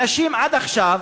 אנשים עד עכשיו,